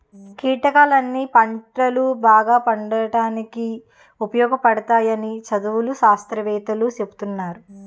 కీటకాలన్నీ పంటలు బాగా పండడానికి ఉపయోగపడతాయని చదువులు, శాస్త్రవేత్తలూ సెప్తున్నారు